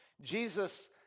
Jesus